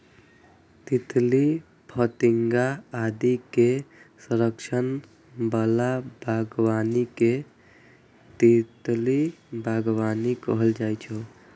तितली, फतिंगा आदि के संरक्षण बला बागबानी कें तितली बागबानी कहल जाइ छै